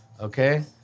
okay